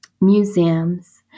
museums